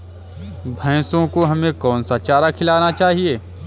भैंसों को हमें कौन सा चारा खिलाना चाहिए?